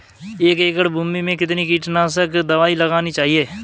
एक एकड़ भूमि में कितनी कीटनाशक दबाई लगानी चाहिए?